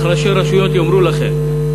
אך ראשי רשויות יאמרו לכם,